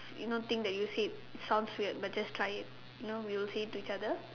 you know thing that you say it sounds weird but just try it know we will say it to each other